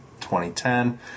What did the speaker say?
2010